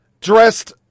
dressed